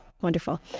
Wonderful